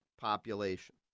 population